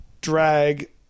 drag